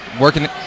Working